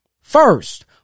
First